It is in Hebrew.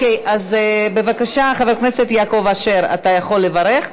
אז, בבקשה, חבר הכנסת יעקב אשר, אתה יכול לברך.